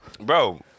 Bro